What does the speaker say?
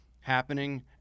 happening